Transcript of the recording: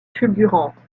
fulgurante